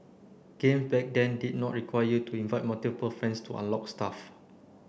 game back then did not require you to invite multiple friends to unlock stuff